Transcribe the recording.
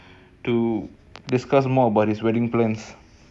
அதுமுடியலப்பாஅய்யயோ:adhu mudialapa ayyayo I hear you